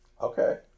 Okay